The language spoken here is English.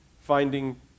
Finding